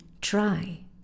try